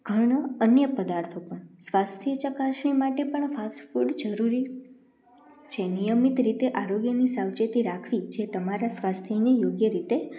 ઘરનું અન્ય પદાર્થો પણ સ્વાસ્થ્ય ચકાસણી માટે પણ ફાસ્ટફૂડ જરૂરી છે નિયમિત રીતે આરોગ્યની સાવચેતી રાખવી જે તમારા સ્વાસ્થ્યને યોગ્ય રીતે